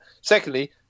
secondly